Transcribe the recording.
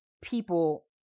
people